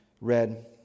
read